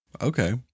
Okay